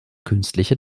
künstliche